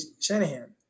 Shanahan